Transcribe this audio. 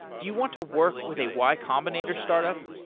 do you want to work with a y combinatory startup?